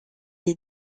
est